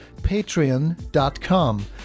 patreon.com